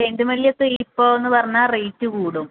ചെണ്ടുമല്ലി ഒക്കെ ഇപ്പമെന്ന് പറഞ്ഞാൽ റേയ്റ്റ് കൂടും